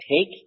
take